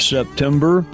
September